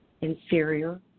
inferior